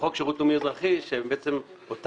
לחוק שירות לאומי אזרחי שהם בעצם אותם